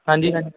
ਹਾਂਜੀ ਹਾਂਜੀ